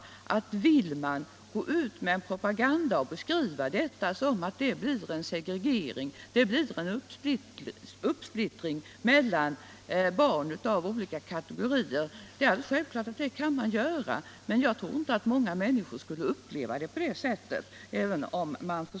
= Om man vill gå ut med en propaganda och beskriva detta som något — Vissa tandvårdsfråsom leder till segregering och uppsplittring mellan barn av olika kate — gor gorier, så kan man naturligtvis göra det, men jag tror inte att många människor skulle uppleva det på det sättet.